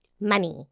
money